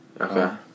okay